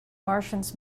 martians